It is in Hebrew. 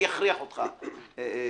אני אכריח אותך להציג,